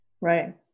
Right